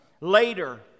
Later